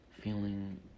feeling